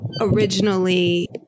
originally